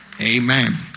Amen